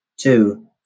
two